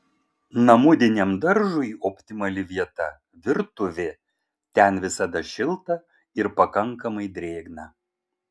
namudiniam daržui optimali vieta virtuvė ten visada šilta ir pakankamai drėgna